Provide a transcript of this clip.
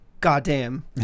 goddamn